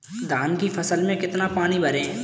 धान की फसल में कितना पानी भरें?